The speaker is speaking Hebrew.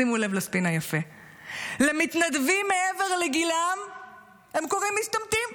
שימו לב לספין היפה: למתנדבים מעבר לגילם הם קוראים משתמטים,